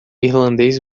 irlandês